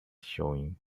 showing